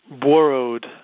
borrowed